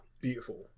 beautiful